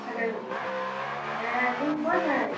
hello হ্যাঁ তুমি কোথায়